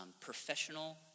professional